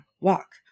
walk